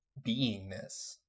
beingness